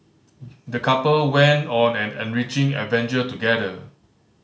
the couple went on an enriching adventure together